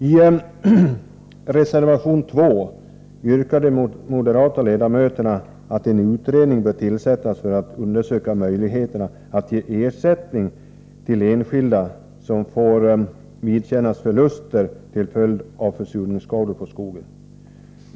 I reservation 2 yrkar de moderata ledamöterna att en utredning bör tillsättas för att undersöka möjligheterna att ge ersättning till enskilda som får vidkännas förluster till följd av försurningsskador på skogen.